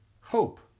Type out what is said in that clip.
hope